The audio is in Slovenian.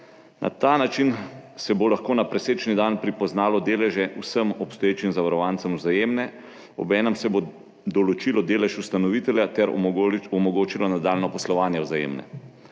Na ta način se bo lahko na presečni dan pripoznalo deleže vsem obstoječim zavarovancem Vzajemne, obenem se bo določilo delež ustanovitelja ter omogočilo nadaljnje poslovanje Vzajemne.